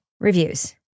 reviews